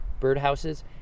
birdhouses